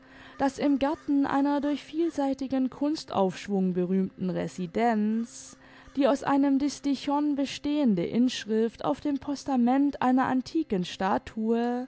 daß im garten einer durch vielseitigen kunstaufschwung berühmten residenz die aus einem distichon bestehende inschrift auf dem postamente einer antiken statue